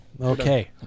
Okay